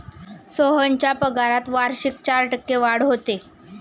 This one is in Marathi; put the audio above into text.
सोहनच्या पगारात वार्षिक चार टक्के वाढ होते